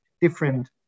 different